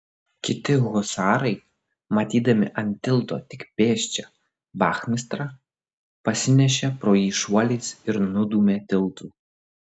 kiti husarai matydami ant tilto tik pėsčią vachmistrą pasinešė pro jį šuoliais ir nudūmė tiltu